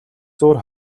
зуур